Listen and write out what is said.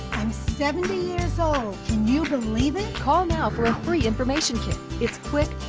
i'm seventy years old. can you believe it? call now for a free information kit. it's quick,